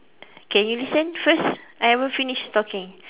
can you listen first I haven't finish talking